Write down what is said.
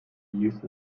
used